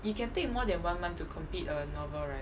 you can take you more than one month to complete a novel right